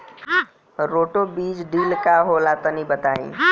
Roto बीज drill का होला तनि बताई?